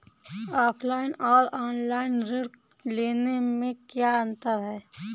Offline और online ऋण लेने में क्या अंतर है?